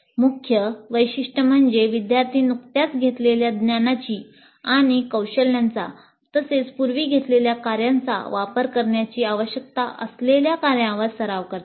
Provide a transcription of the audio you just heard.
मुख्य वैशिष्ट्य म्हणजे विद्यार्थी नुकत्याच घेतलेल्या ज्ञानाची आणि कौशल्यांचा तसेच पूर्वी घेतलेल्या कार्यांचा वापर करण्याची आवश्यकता असलेल्या कार्यांवर सराव करतात